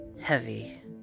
Heavy